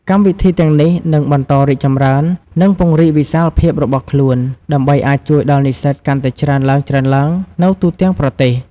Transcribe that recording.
កម្មវិធីនេះនឹងបន្តរីកចម្រើន និងពង្រីកវិសាលភាពរបស់ខ្លួន ដើម្បីអាចជួយដល់និស្សិតកាន់តែច្រើនឡើងៗនៅទូទាំងប្រទេស។